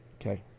okay